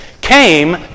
came